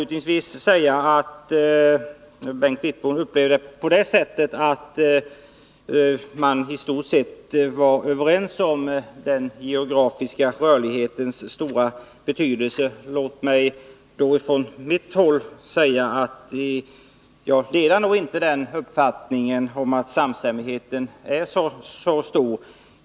Bengt Wittbom upplevde att vi i stort sett var överens om den geografiska rörlighetens stora betydelse. Jag delar nog inte uppfattningen att samstämmigheten är så stor.